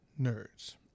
nerds